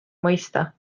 mõista